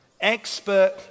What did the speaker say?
expert